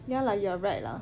ya lah you're right lah